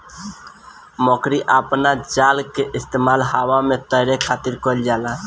मकड़ी अपना जाल के इस्तेमाल हवा में तैरे खातिर कईल जाला